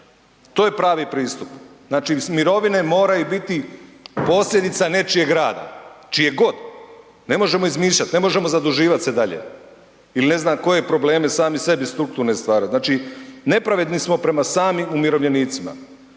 To je pravi pristup. Znači mirovine moraju biti posljedica nečijeg rada, čijeg god, ne možemo izmišljat, ne možemo se zaduživati se dalje ili ne znam koje probleme sami sebi strukturne stvarat. Znači nepravedni smo prema samim umirovljenicima.